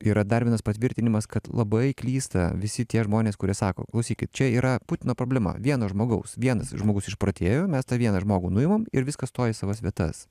yra dar vienas patvirtinimas kad labai klysta visi tie žmonės kurie sako klausykit čia yra putino problema vieno žmogaus vienas žmogus išprotėjo mes tą vieną žmogų nuimam ir viskas stoja į savas vietas